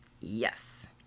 Yes